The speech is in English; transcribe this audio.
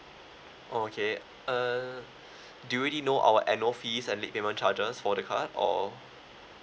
oh okay uh do you really know our annual fees and late payment charges for the card or